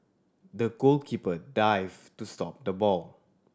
the goalkeeper dived to stop the ball